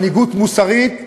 מנהיגות מוסרית,